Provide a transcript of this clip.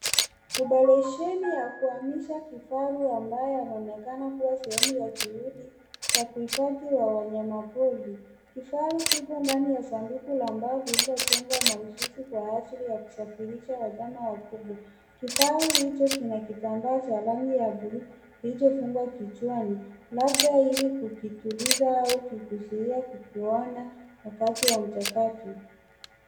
Oparesheni ya kuamisha kifaru ambaye anaonekana Kuwa sehemu ya juhudi za kuhifadhi wanyama pori. Kifaru kimo ndani ya sanduku ambalo lililojengwa mahususi kwa ajili ya kusafisha wanyama kubwa. Kifaru hicho kina kitambaa ya blue kilichofungwa kichwani labda ili kukituliza au kuzuia kukuona na pato ya mjakato.